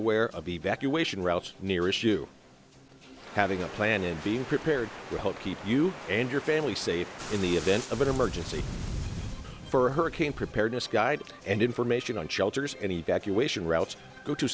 aware of evacuation routes near issue having a plan and being prepared to help keep you and your family safe in the event of an emergency for hurricane preparedness guide and information on shelters and evacuation routes go to